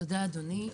תודה, אדוני.